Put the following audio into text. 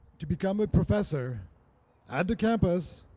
to become a professor at the campus,